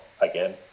again